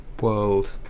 world